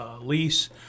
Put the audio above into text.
lease